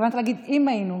התכוונת להגיד: אם היינו.